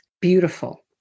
Beautiful